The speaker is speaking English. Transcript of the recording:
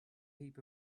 heap